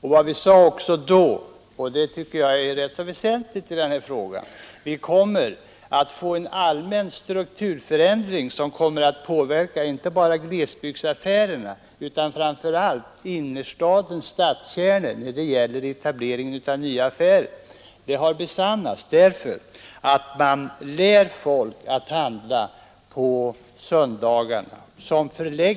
Dessutom sade vi — och det tycker jag är ganska väsentligt i detta sammanhang — att det kommer att bli en allmän strukturförändring, som inverkar inte bara på glesbygdsaffärerna utan även och framför allt på förhållandena i stadskärnorna i vad gäller etableringen av nya affärer. Detta har också besannats. Människorna har lärt sig att handla på söndagarna.